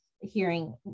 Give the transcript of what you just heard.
hearing